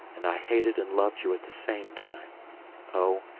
and i hated and loved you at the same time oh!